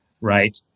right